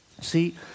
See